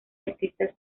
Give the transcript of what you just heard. artistas